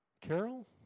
Carol